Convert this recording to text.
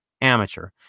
amateur